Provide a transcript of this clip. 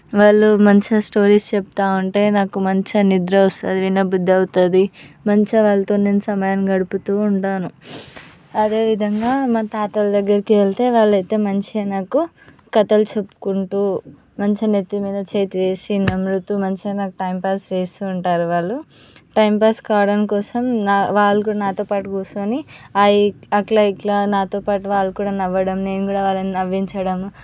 వాళ్ళు మంచిగా స్టోరీస్ చెప్తూ ఉంటే నాకు మంచిగా నిద్ర వస్తుంది వినబుద్ధి అవుతుంది మంచిగా వాళ్ళతో నేను సమయాన్ని గడుపుతూ ఉంటాను అదేవిధంగా మా తాతల దగ్గరికి వెళ్తే వాళ్ళు అయితే మంచిగా నాకు కథలు చెప్పుకుంటూ మంచిగా నెత్తి మీద చేతి వేసి నెమరుతూ మంచిగా టైం పాస్ చేస్తూ ఉంటారు వాళ్ళు టైం పాస్ కావడాని కోసం వాళ్ళు కూడా నాతోపాటు కూర్చొని అయ్యి అట్లా ఇట్లా నాతో పాటు వాళ్ళు కూడా నవ్వడం నేను కూడా వాళ్ళని నవ్వించడం